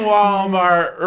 Walmart